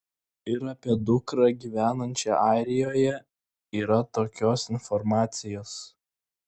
ir apie dukrą gyvenančią airijoje yra tokios informacijos